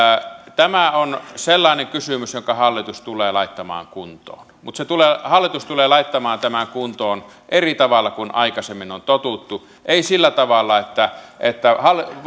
tämä on sellainen kysymys jonka hallitus tulee laittamaan kuntoon mutta hallitus tulee laittamaan tämän kuntoon eri tavalla kuin aikaisemmin on totuttu ei sillä tavalla että että